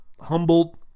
humbled